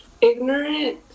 ignorant